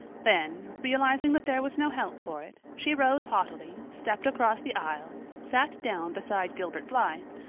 then, realizing that there was no help for it, she rose haughtily, stepped across the aisle, sat down beside gilbert blythe,